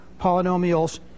polynomials